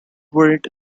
buried